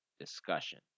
discussion